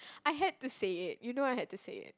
I had to say it you know I had to say it